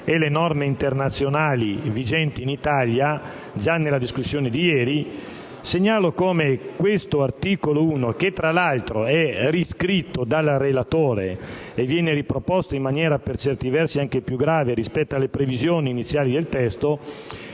e le norme internazionali vigenti in Italia, segnalati già nel corso della discussione di ieri, segnalo come questo articolo 1, tra l'altro riscritto dal relatore e riproposto per certi versi in maniera più grave rispetto alle previsioni iniziali del testo,